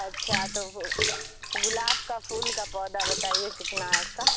اچھا تو وہ گلاب کا پھول کا پودا بتائیے کتنا ہے اس کا